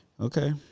Okay